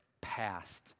past